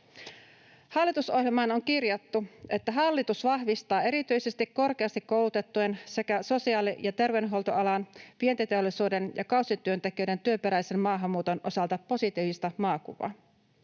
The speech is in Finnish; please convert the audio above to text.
Hallitusohjelmaan on kirjattu, että hallitus vahvistaa erityisesti korkeasti koulutettujen sekä sosiaali‑ ja terveydenhuoltoalan, vientiteollisuuden ja kausityöntekijöiden työperäisen maahanmuuton osalta positiivista maakuvaa.